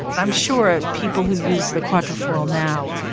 but i'm sure people who use the quatrefoil now,